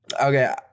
Okay